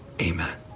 Amen